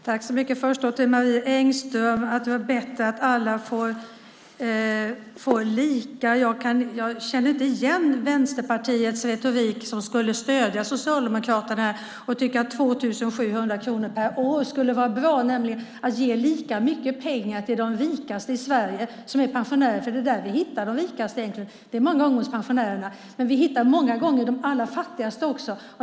Herr talman! Marie Engström sade att det är bättre att alla får lika mycket. Jag känner inte igen Vänsterpartiets retorik som skulle stödja Socialdemokraterna - att 2 700 kronor per år skulle vara bra, nämligen att ge lika mycket pengar till de rikaste i Sverige som är pensionärer. Det är många gånger bland pensionärerna som vi hittar de rikaste. Men vi hittar många gånger också de allra fattigaste där.